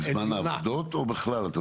בזמן העבודות או בכלל?